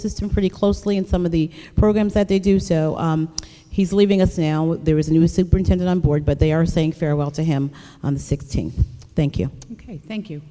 system pretty closely and some of the programs that they do so he's leaving us now there is a new superintendent on board but they are saying farewell to him on the sixteenth thank you thank you